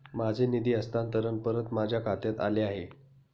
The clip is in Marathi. माझे निधी हस्तांतरण परत माझ्या खात्यात आले आहे